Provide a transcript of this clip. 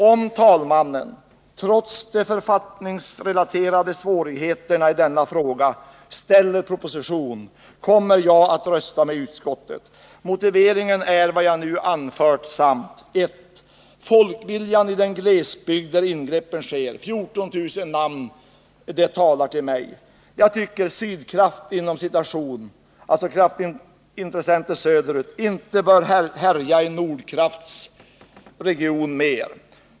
Om talmannen trots de författningsrelaterade svårigheterna i denna fråga ställer proposition kommer jag att rösta för utskottets hemställan. Motiveringen är vad jag nu anfört samt följande: 1. Folkviljan i den glesbygd där ingreppen sker — 14 000 människor talar till mig. Jag tycker att ”sydkraft”, alltså kraftintressen söderut, inte längre bör härja i ”nordkrafts” region.